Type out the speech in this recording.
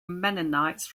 mennonites